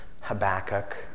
Habakkuk